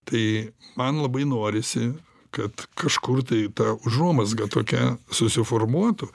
tai man labai norisi kad kažkur tai ta užuomazga tokia susiformuotų